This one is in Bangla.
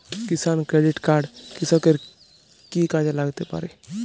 কিষান ক্রেডিট কার্ড কৃষকের কি কি কাজে লাগতে পারে?